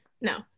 no